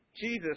Jesus